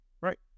right